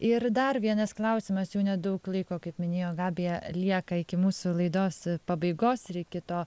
ir dar vienas klausimas jau nedaug laiko kaip minėjo gabija lieka iki mūsų laidos pabaigos ir iki to